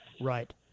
Right